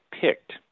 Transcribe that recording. picked